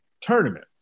tournament